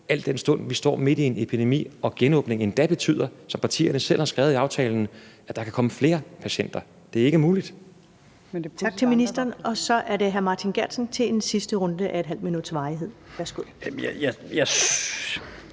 al den stund at vi står midt i en epidemi og genåbningen endda betyder, som partierne selv har skrevet i aftalen, at der kan komme flere patienter. Så det er ikke muligt. Kl. 16:18 Første næstformand (Karen Ellemann): Tak til ministeren. Så er det hr. Martin Geertsen til en sidste runde af ½ minuts varighed. Værsgo.